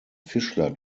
fischler